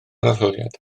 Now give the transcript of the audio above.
arholiad